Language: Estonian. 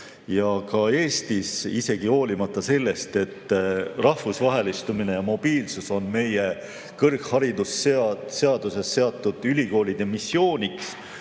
ja ka Eestis, isegi hoolimata sellest, et rahvusvahelistumine ja mobiilsus on meie kõrgharidusseaduses seatud ülikoolide missiooniks